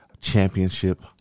Championship